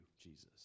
Jesus